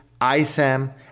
ISAM